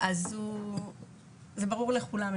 אז זה ברור לכולם,